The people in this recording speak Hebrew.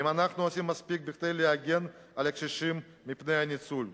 אם אנחנו עושים מספיק כדי להגן על הקשישים מפני הניצול,